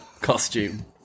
costume